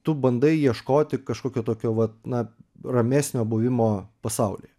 tu bandai ieškoti kažkokio tokio vat na ramesnio buvimo pasaulyje